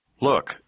Look